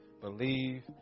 believe